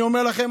אני אומר לכם,